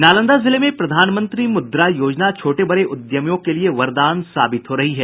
नालंदा जिले में प्रधानमंत्री मुद्रा योजना छोटे बड़े उद्यमियों के लिये वरदान साबित हो रही है